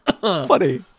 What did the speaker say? funny